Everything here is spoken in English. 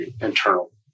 internal